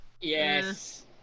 Yes